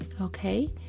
okay